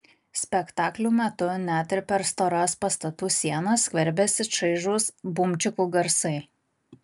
spektaklių metu net ir per storas pastatų sienas skverbiasi čaižūs bumčikų garsai